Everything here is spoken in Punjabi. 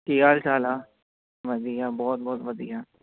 ਕੀ ਹਾਲ ਚਾਲ ਆ ਵਧੀਆ ਬਹੁਤ ਬਹੁਤ ਵਧੀਆ